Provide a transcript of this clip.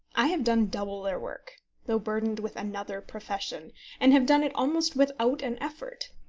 i have done double their work though burdened with another profession and have done it almost without an effort.